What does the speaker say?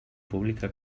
pública